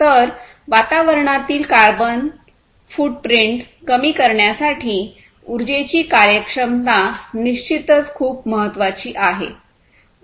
तर वातावरणावरील carbon footprint कमी करण्यासाठी उर्जेची कार्यक्षमता निश्चितच खूप महत्वाची आहे